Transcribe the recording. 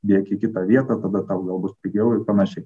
dėk į kitą vietą tada tau gal bus pigiau ir panašiai